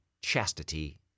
chastity